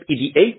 EDA